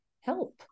help